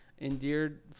endeared